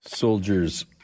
Soldiers